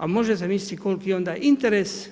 A možete zamisliti koliki je onda interes